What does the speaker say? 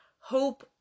Hope